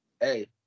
Hey